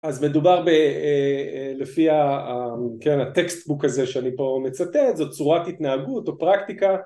אז מדובר לפי הטקסטבוק הזה שאני פה מצטט, זאת צורת התנהגות או פרקטיקה